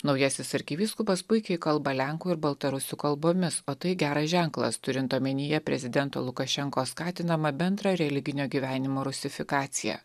naujasis arkivyskupas puikiai kalba lenkų ir baltarusių kalbomis o tai geras ženklas turint omenyje prezidento lukašenkos skatinamą bendrą religinio gyvenimo rusifikaciją